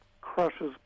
crushes